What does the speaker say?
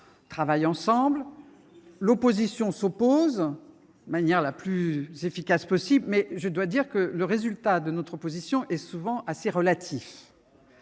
travaillent ensemble, l’opposition s’oppose, le plus efficacement possible ; mais je dois dire que le résultat de notre opposition est souvent assez relatif…